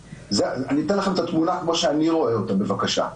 אני אתן לכם את התמונה כמו שאני רואה אותה בבקשה.